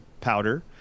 powder